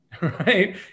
Right